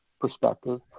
perspective